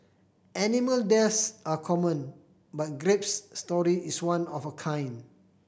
animal deaths are common but Grape's story is one of a kind